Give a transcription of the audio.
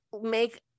make